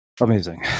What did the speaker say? Amazing